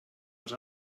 els